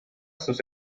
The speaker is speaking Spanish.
sus